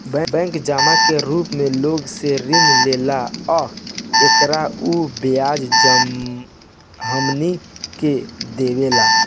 bank जमा के रूप मे लोग से ऋण लेला आ एकर उ ब्याज हमनी के देवेला